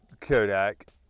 Kodak